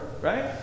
right